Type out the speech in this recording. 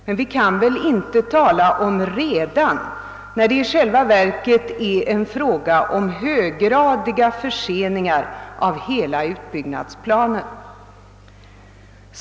Men vi kan väl inte använda ordet »redan» i detta sammanhang, när det i själva verket är fråga om höggradiga förseningar av hela utbyggnadsplanen.